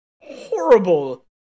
horrible